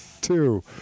Two